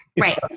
Right